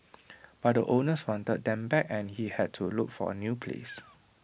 but the owners wanted them back and he had to look for A new place